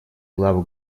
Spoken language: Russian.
главы